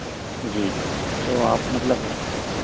जी तो आप मतलब